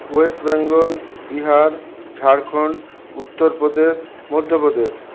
West Bengal Bihar Jharkhand Uttar Pradesh Madhya Pradesh